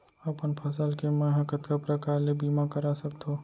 अपन फसल के मै ह कतका प्रकार ले बीमा करा सकथो?